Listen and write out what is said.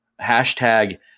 Hashtag